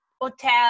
hotel